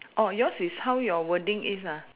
oh yours is how your wording is ah